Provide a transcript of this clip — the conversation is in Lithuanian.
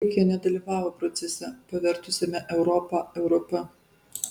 graikija nedalyvavo procese pavertusiame europą europa